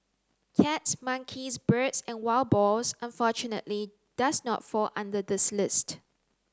cats monkeys birds and wild boars unfortunately does not fall under this list